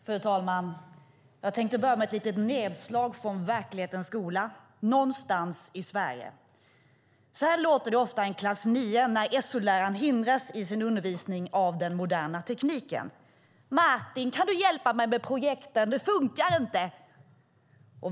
Fru talman! Jag tänkte börja med ett litet nedslag från verklighetens skola någonstans i Sverige. Så här låter det ofta i en niondeklass när SO-läraren hindras i sin undervisning av den moderna tekniken: "Martin, kan du hjälpa mig med projektorn? Det funkar inte."